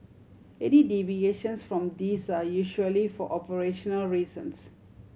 any deviations from these are usually for operational reasons